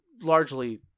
largely